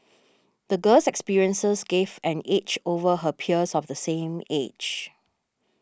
the girl's experiences gave an edge over her peers of the same age